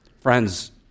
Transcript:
Friends